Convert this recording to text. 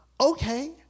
okay